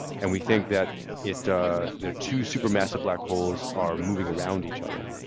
and we think that it there are two supermassive black holes are moving around each other.